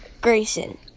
Grayson